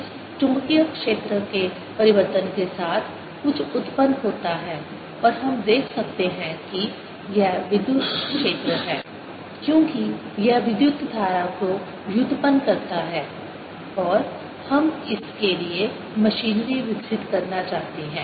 इस चुंबकीय क्षेत्र के परिवर्तन के साथ कुछ उत्पन्न होता है और हम देख सकते हैं कि यह विद्युत क्षेत्र है क्योंकि यह विद्युत धारा को व्युत्पन्न करता है और हम इसके लिए मशीनरी विकसित करना चाहते हैं